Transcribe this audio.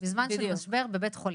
בזמן של משבר בבית החולים.